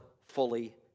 fully